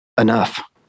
enough